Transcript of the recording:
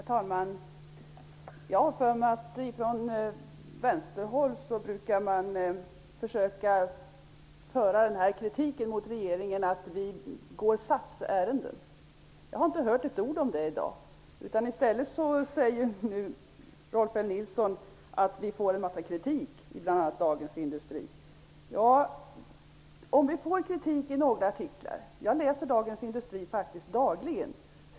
Herr talman! Jag har för mig att man från vänsterhåll brukar kritisera regeringen för att gå SAF:s ärenden. Jag har inte hört ett ord om det i dag. I stället säger Rolf L Nilson att regeringen får en massa kritik i bl.a. Dagens Industri. Jag läser faktiskt Dagens Industri dagligen.